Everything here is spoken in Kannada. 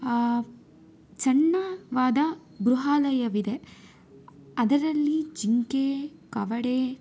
ಸಣ್ಣದಾದ ಬ್ರುಹಾಲಯವಿದೆ ಅದರಲ್ಲಿ ಜಿಂಕೆ ಕಡವೆ